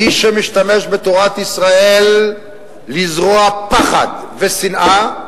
מי שמשתמש בתורת ישראל לזרוע פחד ושנאה,